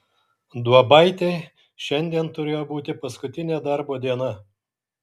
duobaitei šiandien turėjo būti paskutinė darbo diena